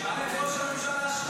תשאל את ראש הממשלה שלך.